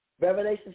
Revelation